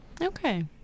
okay